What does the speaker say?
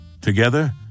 Together